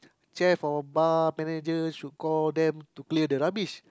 chair for bar manager should call them to clear the rubbish